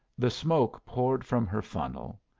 the smoke poured from her funnel,